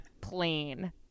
plain